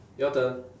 your turn